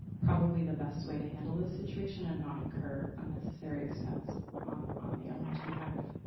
probably the best way to handle this situation and not incur unnecessary expense on on the owner's behalf.